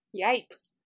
Yikes